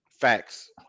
Facts